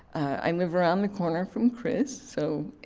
i live around the corner from chris, so